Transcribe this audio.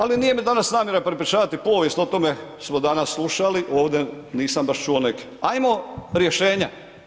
Ali nije mi danas namjera prepričavati povijest, o tome smo danas slušali ovdje nisam baš čuo neke, ajmo rješenja.